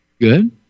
Good